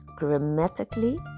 grammatically